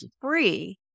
free